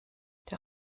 der